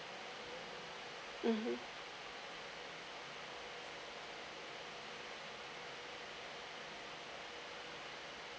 mmhmm